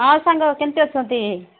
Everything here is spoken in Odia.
ହଁ ସାଙ୍ଗ କେମିତି ଅଛନ୍ତି